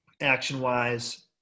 action-wise